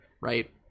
right